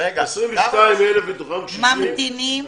22,000 מתוכם קשישים.